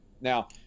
Now